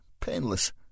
painless